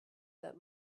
that